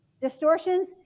Distortion's